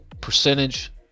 percentage